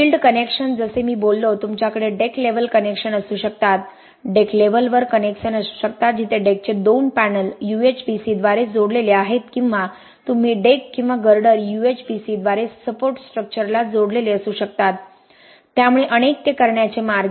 field connection जसे मी बोललो तुमच्याकडे डेक लेव्हल कनेक्शन असू शकतात डेक लेव्हलवर कनेक्शन असू शकतात जिथे डेकचे दोन पॅनल UHPC द्वारे जोडलेले आहेत किंवा तुम्ही डेक किंवा गर्डर यूएचपीसीद्वारे सपोर्ट स्ट्रक्चरला जोडलेले असू शकतात त्यामुळे अनेक ते करण्याचे मार्ग